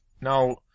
Now